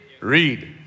Read